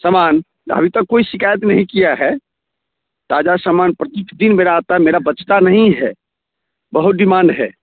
सामान अभी तक कोई शिकायत नहीं किया है ताजा सामान प्रतिदिन मेरा आता है मेरा बचता नहीं है बहुत डिमांड है